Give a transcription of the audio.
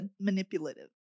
Manipulative